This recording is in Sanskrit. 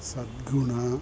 सद्गुणा